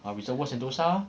resorts world sentosa